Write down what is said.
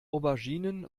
auberginen